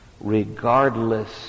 regardless